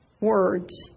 words